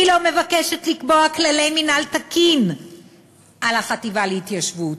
היא לא מבקשת לקבוע כללי מינהל תקין על החטיבה להתיישבות,